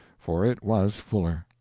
for it was fuller.